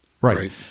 Right